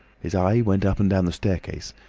his eye went up and down the staircase.